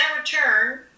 return